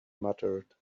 muttered